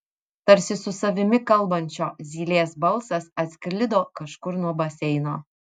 tarsi su savimi kalbančio zylės balsas atsklido kažkur nuo baseino